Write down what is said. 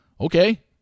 Okay